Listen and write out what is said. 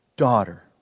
daughter